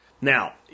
Now